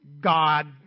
God